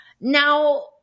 Now